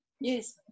Yes